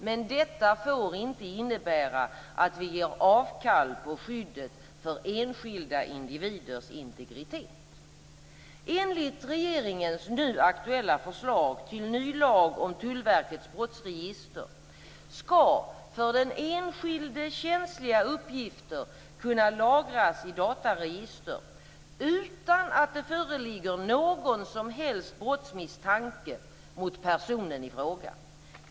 Men detta får inte innebära att vi ger avkall på skyddet för enskilda individers integritet. Enligt regeringens nu aktuella förslag till ny lag om Tullverkets brottsregister skall för den enskilde känsliga uppgifter kunna lagras i dataregister utan att det föreligger någon som helst brottsmisstanke mot personen i fråga.